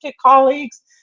colleagues